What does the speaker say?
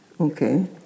Okay